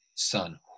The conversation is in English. son